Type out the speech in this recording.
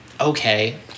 okay